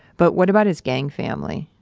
but what about his gang family?